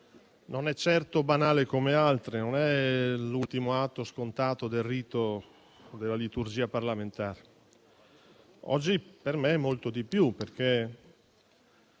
non è certo banale come altre, non è l'ultimo atto scontato del rito della liturgia parlamentare. Oggi per me è molto di più, perché